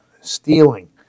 stealing